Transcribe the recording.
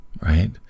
right